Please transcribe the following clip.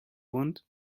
want